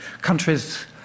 countries